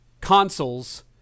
consoles